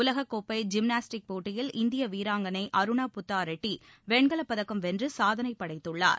உலகக் கோப்பை இம்னாஸ்டிக் போட்டியில் இந்திய வீராங்களை அருணா புத்தா ரெட்டி வெண்கலப் பதக்கம் வென்று சாதனைப் படைத்துள்ளார்